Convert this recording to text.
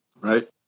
right